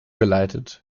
geleitet